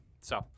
So-